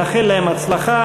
מאחל להם הצלחה,